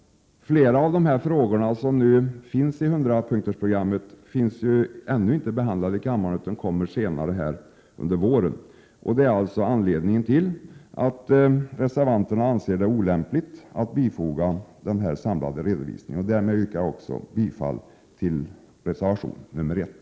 Flera av de frågor som finns i 100 punktersprogrammet är ju ännu inte behandlade i denna kammare, utan kommer att behandlas senare under våren. Detta är alltså anledningen till att reservanterna anser det olämpligt att bifoga den här samlade redovisningen. Därmed yrkar jag också bifall till reservation nr 1.